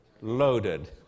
loaded